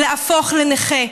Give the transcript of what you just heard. להפוך לנכה,